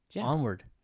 Onward